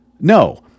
No